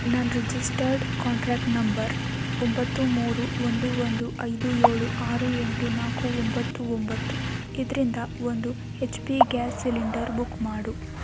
ನನ್ನ registered contract number ಒಂಬತ್ತು ಮೂರು ಒಂದು ಒಂದು ಐದು ಏಳು ಆರು ಎಂಟು ನಾಲ್ಕು ಒಂಬತ್ತು ಒಂಬತ್ತು ಇದರಿಂದ ಒಂದು H P gas cylinder book ಮಾಡು